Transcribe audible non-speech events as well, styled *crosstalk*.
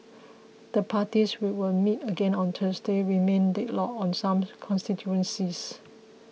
*noise* the parties which will meet again on Thursday remain deadlocked on some constituencies